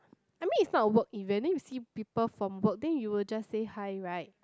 I mean it's not a work event then you see people from work then you will just say hi right